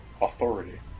authority